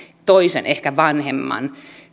kotimaahansa ehkä vanhemman